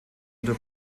oder